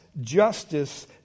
justice